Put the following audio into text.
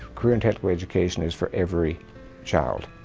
career and technical education is for every child.